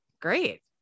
great